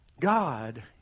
God